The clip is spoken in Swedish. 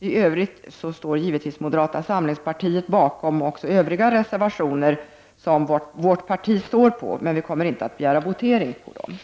I övrigt står givetvis moderata samlingspartiet bakom även övriga reservationer från vårt parti, men vi kommer inte att begära votering på dessa.